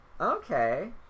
Okay